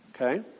Okay